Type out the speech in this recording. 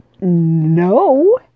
no